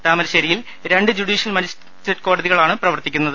താമരശേരിയിൽ രണ്ട് judicial magistrate കോടതികളാണ് പ്രവർത്തിക്കുന്നത്